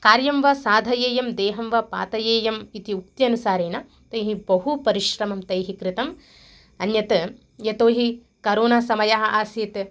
कार्यं वा साधयेयं देहं वा पातयेयम् इति उक्तानुसारेण तैः बहु परिश्रमं तैः कृतम् अन्यत् यतो हि करोना समयः आसीत्